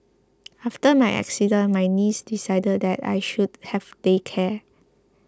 after my accident my niece decided that I should have day care